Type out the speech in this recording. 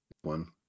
One